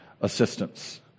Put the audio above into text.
assistance